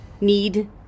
need